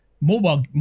mobile